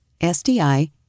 SDI